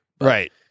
right